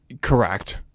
correct